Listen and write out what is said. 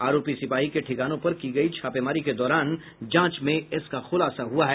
आरोपी सिपाही के ठिकानों पर की गयी छापेमारी के दौरान जांच में इसका खुलासा हुआ है